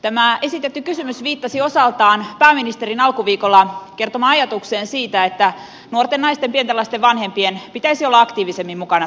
tämä esitetty kysymys viittasi osaltaan pääministerin alkuviikolla kertomaan ajatukseen siitä että nuorten naisten pienten lasten vanhempien pitäisi olla aktiivisemmin mukana työelämässä